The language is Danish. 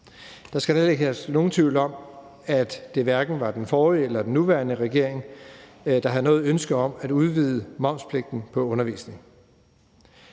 herske nogen tvivl om, at det hverken var den forrige eller den nuværende regering, der havde noget ønske om at udvide momspligten på undervisning.